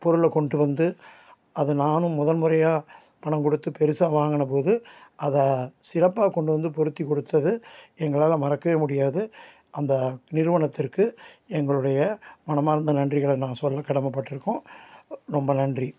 பொருளை கொண்டுட்டு வந்து அதை நானும் முதன் முறையாக பணம் கொடுத்து பெருசாக வாங்கினபோது அதை சிறப்பாக கொண்டு வந்து பொருத்தி கொடுத்தது எங்களால் மறக்கவே முடியாது அந்த நிறுவனத்திற்கு எங்களுடைய மனமார்ந்த நன்றிகளை நான் சொல்ல கடமைப்பட்ருக்கோம் ரொம்ப நன்றி